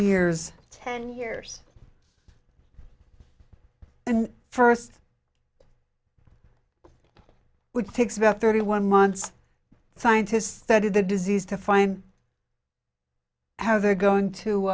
years ten years and first would takes about thirty one months scientists study the disease to find how they're going to